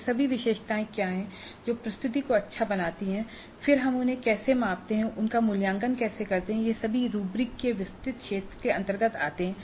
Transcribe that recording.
वे सभी विशेषताएँ क्या हैं जो प्रस्तुति को अच्छा बनाती हैं और फिर हम उन्हें कैसे मापते हैं उनका मूल्यांकन कैसे करते हैं वे सभी रूब्रिक के विस्तृत क्षेत्र के अंतर्गत आते हैं